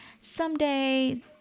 someday